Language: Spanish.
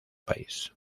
país